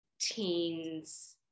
teens